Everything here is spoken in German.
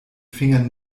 fingern